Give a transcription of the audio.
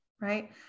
right